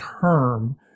term